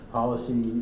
policy